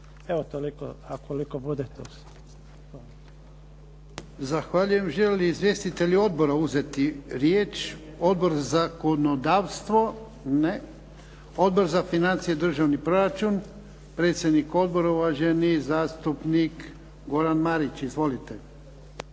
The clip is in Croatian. Evo toliko, a koliko bude, tu sam.